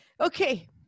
Okay